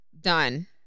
done